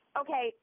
okay